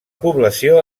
població